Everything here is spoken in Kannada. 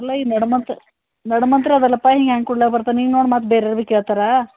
ಇಲ್ಲ ಈ ನಡು ಮಂತ್ ನಡು ಮಂತ್ ಅದೆಲಪ್ಪ ಈಗ ಹ್ಯಾಂಗೆ ಕೊಡ್ಲಕೆ ಬರ್ತದೆ ನೀನು ನೋಡು ಮತ್ತೆ ಬೇರೆರಿಗೆ ಕೇಳ್ತರೆ